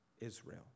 Israel